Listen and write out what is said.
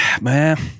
man